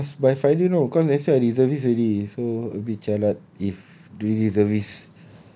you must by friday you know cause I say I reservist already so a bit jialat if during reservist